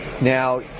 Now